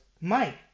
Mike